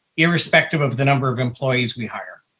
irrespective of the number of employees we hire.